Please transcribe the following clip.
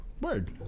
Word